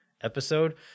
episode